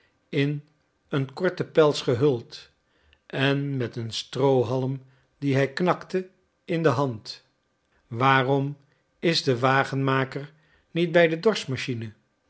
in een korten pels gehuld en met een stroohalm dien hij knakte in de hand waarom is de wagenmaker niet bij de